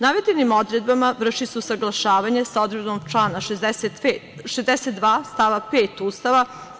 Navedenim odredbama vrši se usaglašavanje sa odredbom člana 62. stava 5. Ustava.